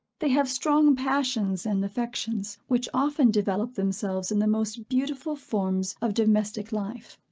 they have strong passions and affections, which often develope themselves in the most beautiful forms of domestic life.